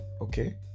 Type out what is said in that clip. Okay